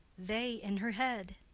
they in her head?